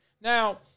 Now